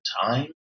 time